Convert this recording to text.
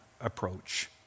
approach